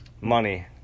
Money